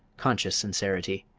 conscious sincerity,